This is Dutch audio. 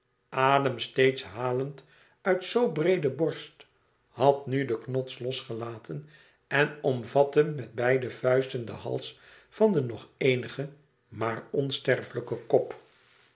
adem steeds halend uit zoo breede borst had nu den knots los gelaten en omvatte met beide vuisten den hals van den nog eenigen maar onsterflijken kop